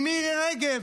אם מירי רגב,